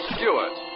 Stewart